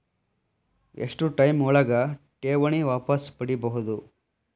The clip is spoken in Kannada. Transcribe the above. ಎಷ್ಟು ಟೈಮ್ ಒಳಗ ಠೇವಣಿ ವಾಪಸ್ ಪಡಿಬಹುದು?